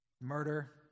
Murder